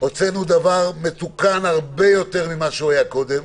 הוצאנו דבר מתוקן הרבה יותר ממה שהוא היה קודם.